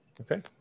Okay